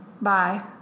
Bye